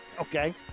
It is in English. okay